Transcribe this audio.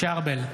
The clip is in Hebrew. משה ארבל,